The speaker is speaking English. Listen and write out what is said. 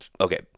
Okay